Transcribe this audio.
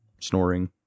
snoring